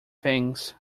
things